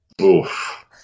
Oof